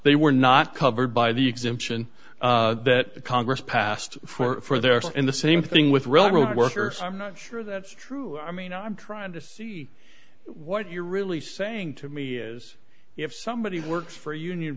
they were not covered by the exemption that congress passed for their say in the same thing with railroad workers i'm not sure that's true i mean i'm trying to see what you're really saying to me is if somebody works for a union